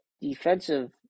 defensive